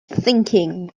thinking